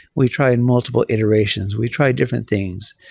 we try and multiple iterations. we try different things.